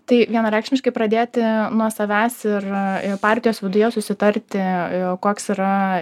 tai vienareikšmiškai pradėti nuo savęs ir partijos viduje susitarti koks yra